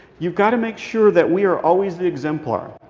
you've got to make sure that we are always the exemplar.